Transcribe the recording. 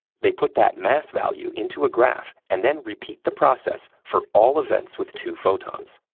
they put that mass value into a graph and then repeat the process for all events with two photons.